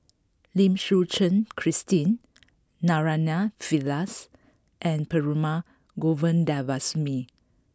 Lim Suchen Christine Naraina Pillai and Perumal Govindaswamy